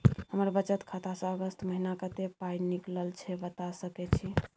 हमर बचत खाता स अगस्त महीना कत्ते पाई निकलल छै बता सके छि?